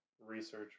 research